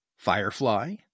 Firefly